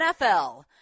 NFL